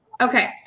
Okay